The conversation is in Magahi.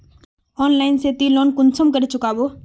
ऑनलाइन से ती लोन कुंसम करे चुकाबो?